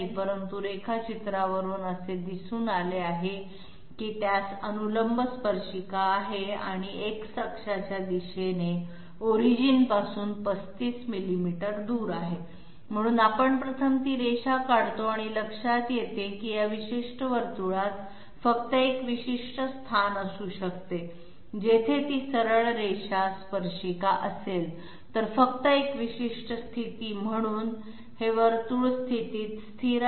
परंतु रेखाचित्रावरून असे दिसून आले आहे की त्यास अनुलंब स्पर्शिका आहे आणि X अक्षाच्या दिशेने ओरिजिनपासून 35 मिलीमीटर दूर आहे म्हणून आपण प्रथम ती रेषा काढतो आणि लक्षात येते की या विशिष्ट वर्तुळात फक्त एक विशिष्ट स्थान असू शकते जेथे ती सरळ रेषा स्पर्शिका असेल तर फक्त एक विशिष्ट स्थिती म्हणून हे वर्तुळ स्थितीत स्थिर आहे